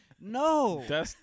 No